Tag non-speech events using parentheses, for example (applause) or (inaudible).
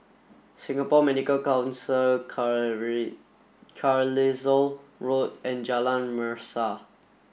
Singapore Medical Council (unintelligible) Carlisle Road and Jalan Mesra